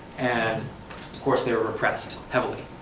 and course they were repressed, heavily,